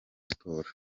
sports